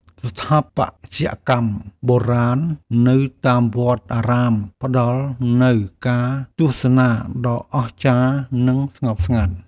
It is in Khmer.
ស្ថាបត្យកម្មបុរាណនៅតាមវត្តអារាម ផ្តល់នូវការទស្សនាដ៏អស្ចារ្យ និងស្ងប់ស្ងាត់។